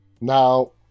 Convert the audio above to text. Now